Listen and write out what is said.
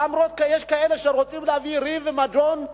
למרות שיש כאלה שרוצים להביא ריב ומדון,